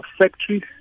factories